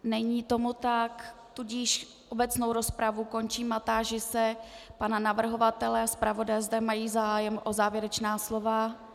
Není tomu tak, tudíž obecnou rozpravu končím a táži se pana navrhovatele a zpravodaje, zda mají zájem o závěrečná slova.